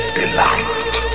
delight